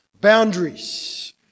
boundaries